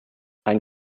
ein